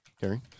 Gary